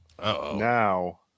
now